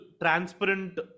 transparent